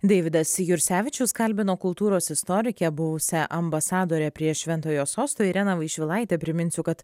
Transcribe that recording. deividas jursevičius kalbino kultūros istorikę buvusią ambasadorę prie šventojo sosto ireną vaišvilaitę priminsiu kad